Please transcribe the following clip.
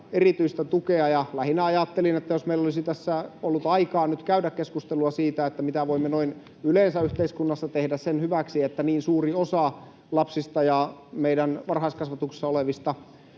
erityistä tukea. Ja lähinnä ajattelin, jos meillä olisi tässä ollut aikaa nyt käydä keskustelua siitä, mitä voimme noin yleensä yhteiskunnassa tehdä sen hyväksi, että niin suuri osa lapsista, meidän varhaiskasvatuksessamme olevista